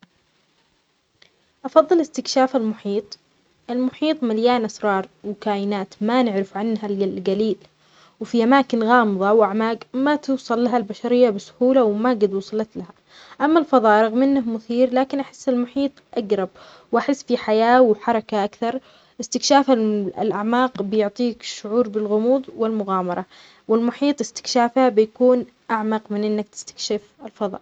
أفظل استكشاف المحيط. المحيط مليان أسرار، وكائنات ما نعرف عنها إلا القليل، وفي أماكن غامظة وأعماق ما توصل لها البشرية بسهولة وماجد وصلت لها، أما الفظاء رغم إنه مثير لكن أحس المحيط أقرب، وأحس في حياة، وحركة أكثر استكشاف الأعماق بيعطيك شعور بالغموظ، والمغامرة، والمحيط استكشافه بيكون أعمق من إنك تستكشف الفظاء.